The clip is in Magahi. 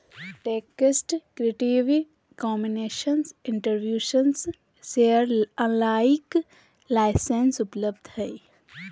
text creative commons attribution share alike licence उपलब्ध हइ